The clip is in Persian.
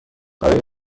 برای